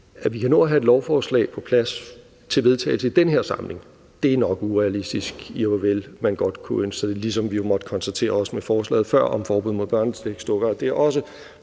At vi kan nå og have et lovforslag på plads til vedtagelse i den her samling, er nok urealistisk, ihvorvel man godt kunne ønske sig det, ligesom vi også måtte konstatere med forslaget før om forbud mod børnesexdukker,